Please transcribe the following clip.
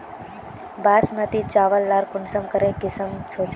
बासमती चावल लार कुंसम करे किसम होचए?